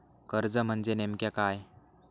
कर्ज म्हणजे नेमक्या काय?